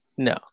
No